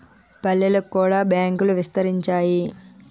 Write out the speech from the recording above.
పల్లెలకు కూడా బ్యాంకులు విస్తరించాయి